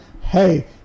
hey